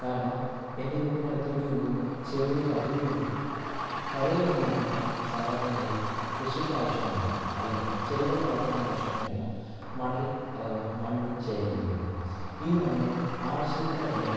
കാരണം എൻ്റെ വീട്ടിനടുത്തുകൂടി ഒഴുകുന്ന ചെറിയൊരു അരുവിയുടെ കരയിൽ നിന്നാണ് ഞാൻ സാധാരണയായി കൃഷിക്കാവശ്യമായ അല്ലെങ്കിൽ ചെടികൾ വളർത്താനാവശ്യമായുള്ള മണൽ അഥവാ മണ്ണ് ശേഖരിക്കുന്നത് ഈ മണ്ണിൽ ആവശ്യത്തിലധികം